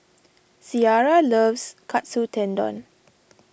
Ciara loves Katsu Tendon